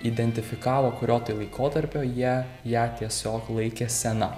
identifikavo kurio tai laikotarpio jie ją tiesiog laikė sena